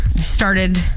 started